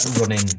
running